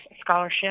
scholarship